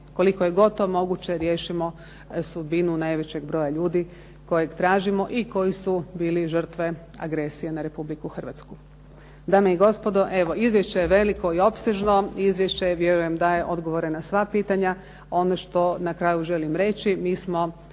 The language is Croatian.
koliko je god to moguće riješimo sudbinu najvećeg broja ljudi kojeg tražimo i koji su bili žrtve agresije na Republiku Hrvatsku. Dame i gospodo, evo izvješće je veliko i opsežno, izvješće vjerujem daje odgovore na sva pitanja. Ono što na kraju želim reći, mi smo